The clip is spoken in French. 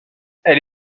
elle